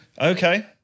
Okay